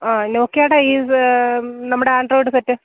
ആ നോക്കിയാടെ ഇത് നമ്മുടെ അണ്ട്രോയിഡ് സെറ്റ്